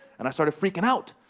and i started freaking out,